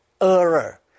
error